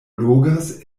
logas